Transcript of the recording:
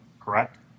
correct